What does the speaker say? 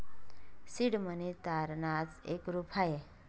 seed money तारणाच एक रूप आहे